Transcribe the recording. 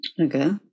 okay